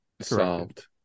solved